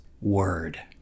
word